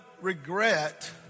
regret